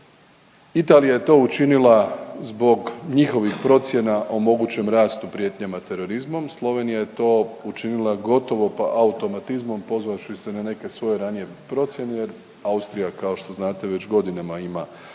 Italija je to učinila zbog njihovih procjena o mogućem rastu prijetnjama terorizmom, Slovenija je to učinila gotovo pa automatizmom, pozvavši se na neke svoje ranije procjene jer Austrija, kao što znate, već godinama ima